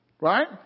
Right